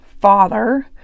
father